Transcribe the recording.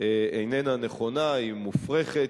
איננה נכונה, היא מופרכת.